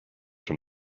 from